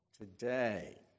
Today